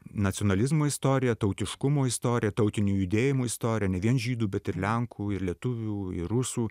nacionalizmo istorija tautiškumo istorija tautinių judėjimų istorija ne vien žydų bet ir lenkų ir lietuvių ir rusų